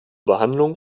behandlung